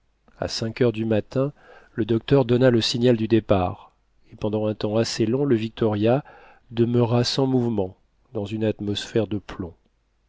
a cinq heures du matin le docteur donna le signal du départ et pendant un temps assez long le victoria demeura sans mouvement dans une atmosphère de plomb